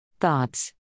Thoughts